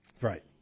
Right